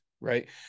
Right